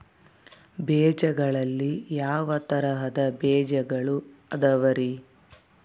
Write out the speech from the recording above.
ಬೇಜಗಳಲ್ಲಿ ಯಾವ ತರಹದ ಬೇಜಗಳು ಅದವರಿ?